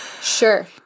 Sure